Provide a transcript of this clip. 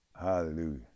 Hallelujah